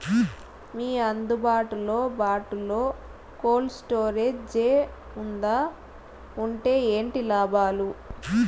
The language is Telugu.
మీకు అందుబాటులో బాటులో కోల్డ్ స్టోరేజ్ జే వుందా వుంటే ఏంటి లాభాలు?